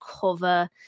cover